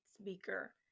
speaker